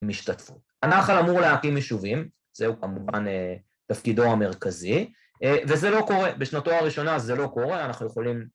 משתתפו. הנחל אמור להקים יישובים, זהו כמובן תפקידו המרכזי וזה לא קורה, בשנותו הראשונה זה לא קורה, אנחנו יכולים